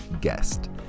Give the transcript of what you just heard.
guest